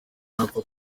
ntapfa